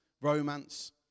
romance